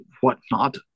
whatnot